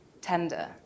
tender